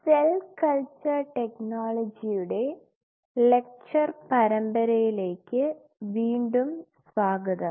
cell culture ടെക്നോളജിയുടെ lecture പരമ്പരയിലേക്ക് വീണ്ടും സ്വാഗതം